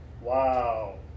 Wow